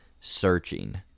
Searching